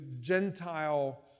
Gentile